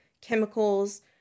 chemicals